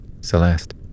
Celeste